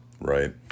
Right